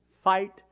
fight